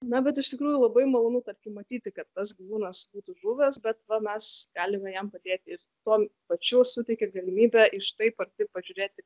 na bet iš tikrųjų labai malonu tarkim matyti kad tas gyvūnas būtų žuvęs bet va mes galime jam padėti ir tuo pačiu suteikia galimybę iš taip arti pažiūrėti